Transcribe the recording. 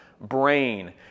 brain